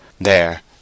There